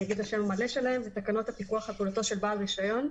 אגיד את השם המלא שלהן: תקנות הפיקוח על פעולתו של בעל רישיון.